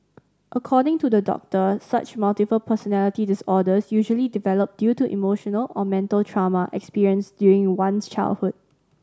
according to the doctor such multiple personality disorders usually develop due to emotional or mental trauma experienced during one's childhood